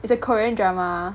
it's a korean drama